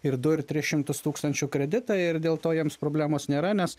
ir du ir tris šimtus tūkstančių kreditą ir dėl to jiems problemos nėra nes